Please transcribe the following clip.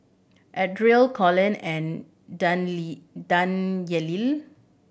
Ardell Collins and Danyelle